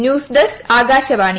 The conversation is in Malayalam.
ന്യൂസ്ഡെസ്ക് ആകാശവാണി